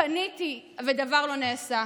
פניתי ודבר לא נעשה.